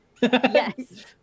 Yes